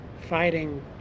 fighting